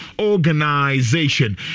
Organization